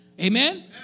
Amen